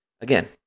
Again